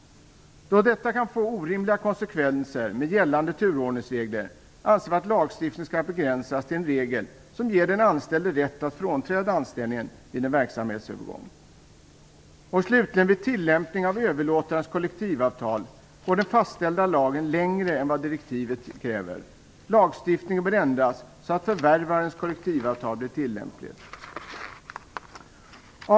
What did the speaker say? Då detta kan få orimliga konsekvenser med gällande turordningsregler, anser vi att lagstiftningen skall begränsas till en regel som ger den anställde rätt att frånträda anställningen vid en verksamhetsövergång. Vid tillämpning av överlåtarens kollektivavtal går den fastställda lagen längre än vad direktivet kräver. Lagstiftningen bör ändras så att förvärvarens kollektivavtal blir tillämpligt. Fru talman!